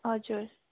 हजुर